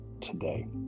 today